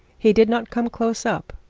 he did not come close up,